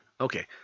Okay